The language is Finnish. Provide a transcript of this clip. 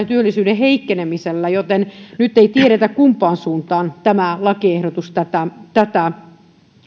työllisyyden heikkenemisellä joten nyt ei tiedetä kumpaan suuntaan tämä lakiehdotus tätä